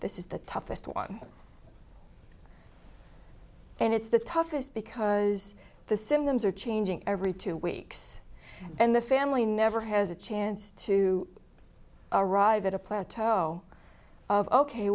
this is the toughest one and it's the toughest because the symptoms are changing every two weeks and the family never has a chance to arrive at a plateau of ok